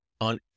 on